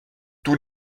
tout